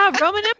Roman